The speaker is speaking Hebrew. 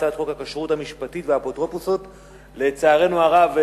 הצעת חוק הכשרות המשפטית והאפוטרופסות (תיקון מס' 14). לצערנו הרב,